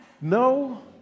no